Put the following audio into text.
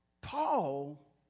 Paul